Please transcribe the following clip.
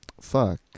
fuck